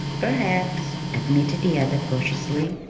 perhaps, admitted the other cautiously,